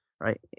right